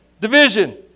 division